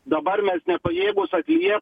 dabar mes nepajėgūs atliept